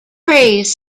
praise